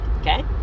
okay